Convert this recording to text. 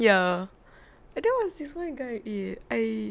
ya and there was this one guy eh I